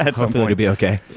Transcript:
hopefully it'll be okay.